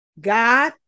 God